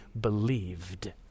believed